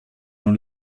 dans